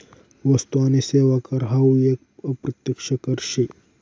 वस्तु आणि सेवा कर हावू एक अप्रत्यक्ष कर शे